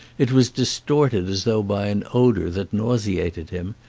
it was distorted as though by an odour that nauseated him,